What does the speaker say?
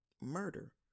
murder